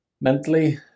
mentally